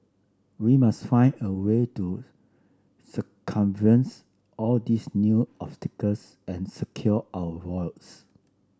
we must find a way to circumvents all these new obstacles and secure our votes